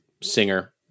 singer